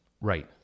Right